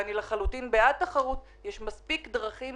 ואני לחלוטין בעד תחרות, יש מספיק דרכים